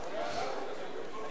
כתאונת עבודה),